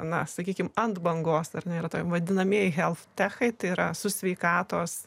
na sakykime ant bangos ar nėra vadinamieji helf cechai tai yra su sveikatos